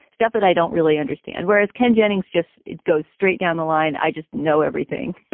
stuff that i don't really understand, whereas ken jennings just it goes straight down the line. i just know everything.